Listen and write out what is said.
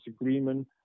agreement